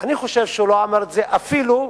אני חושב שהוא לא אמר את זה אפילו לאשתו.